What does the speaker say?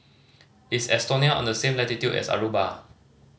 is Estonia on the same latitude as Aruba